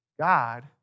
God